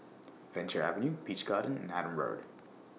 Venture Avenue Peach Garden and Adam Road